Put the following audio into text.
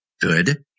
good